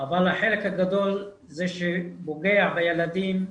אבל החלק הגדול זה שפוגע בילדים,